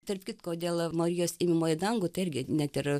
tarp kitko dėl marijos ėmimo į dangų tai irgi net ir